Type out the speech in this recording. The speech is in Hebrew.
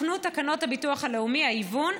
תוקנו תקנות הביטוח הלאומי (היוון),